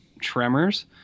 Tremors